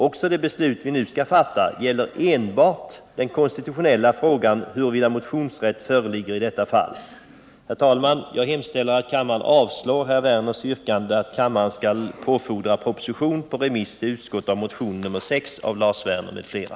Också det beslut vi nu skall fatta gäller enbart den konstitutionella frågan huruvida motionsrätt föreligger i detta fall. Herr talman! Jag hemställer att kammaren avslår Lars Werners yrkande att kammaren skall påfordra proposition på remiss till utskott av motionen nr 6 av Lars Werner m.fl.